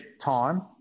time